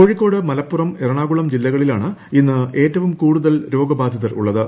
കോഴിക്കോട് മലപ്പുറം എറണാകുളം ജില്ലകളിലാണ് ഇന്ന് ഏറ്റവും കൂടുതൽ രോഗബാധിതരുള്ളത്